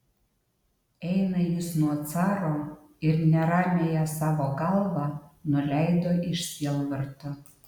eina jis nuo caro ir neramiąją savo galvą nuleido iš sielvarto